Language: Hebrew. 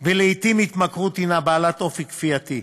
ולעתים ההתמכרות הנה בעלת אופי כפייתי,